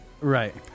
Right